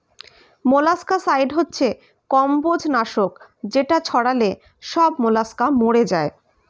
molluscicide হচ্ছে কম্বোজ নাশক যেটা ছড়ালে সব মোলাস্কা মরে যায়